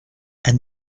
and